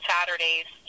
Saturdays